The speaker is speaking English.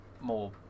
more